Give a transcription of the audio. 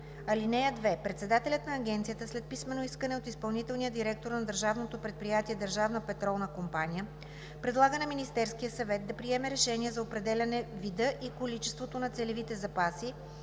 „(2) Председателят на агенцията, след писмено искане от изпълнителния директор на Държавно предприятие „Държавна петролна компания“, предлага на Министерския съвет да приеме решение за определяне вида и количеството на целевите запаси,